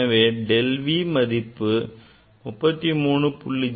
எனவே del v மதிப்பு 33